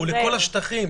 הוא לכל השטחים,